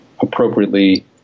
appropriately